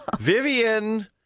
Vivian